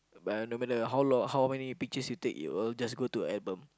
but no matter how long how many pictures you take it will just go to album